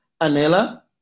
Anela